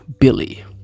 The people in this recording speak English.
billy